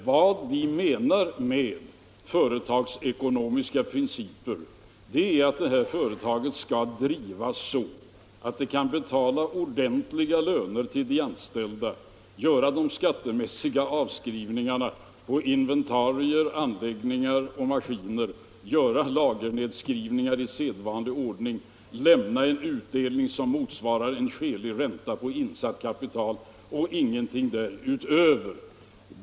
Vad vi menar med företagsekonomiska principer är att det här fö — er retaget skall drivas så att det kan betala ordentliga löner till de anställda, göra de skattemässiga avskrivningarna på inventarier, anläggningar och maskiner, göra lagernedskrivningar i sedvanlig ordning, lämna en utdelning som motsvarar skälig ränta på insatt kapital och ingenting därutöver.